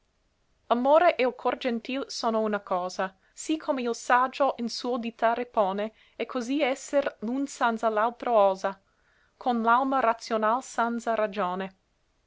amore e l cor gentil sono una cosa sì come il saggio in suo dittare pone e così esser l'un sanza l'altro osa com'alma razional sanza ragione